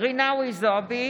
מיקי זוהר ויריב לוין,